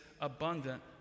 abundant